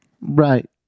Right